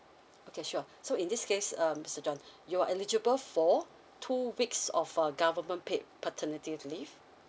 okay sure so in this case um mister john you're eligible for two weeks of uh government paid paternity leave